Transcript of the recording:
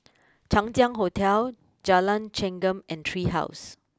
Chang Ziang Hotel Jalan Chengam and Tree house